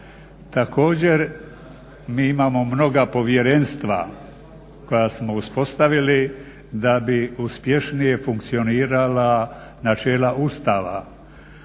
Također mi imamo mnoga povjerenstva koja smo uspostavili da bi uspješnije funkcionirala načela Ustava.